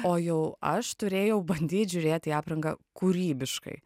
o jau aš turėjau bandyt žiūrėt į aprangą kūrybiškai